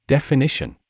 Definition